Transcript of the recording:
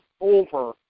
over